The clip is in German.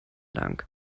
lang